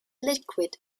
liquid